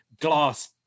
glass